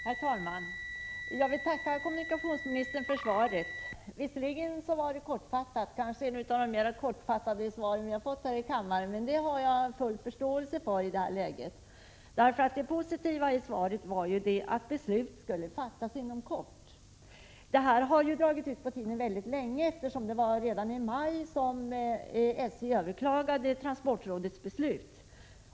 Herr talman! Jag vill tacka kommunikationsministern för svaret. Svaret var visserligen kortfattat, kanske ett av de mest kortfattade som lämnats här i kammaren, men det har jag full förståelse för. Det viktiga är att svaret var positivt och att beslut kommer att fattas inom kort. 2 Ärendet har dragit mycket långt ut på tiden. Redan i maj överklagade SJ transportrådets beslut.